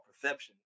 perception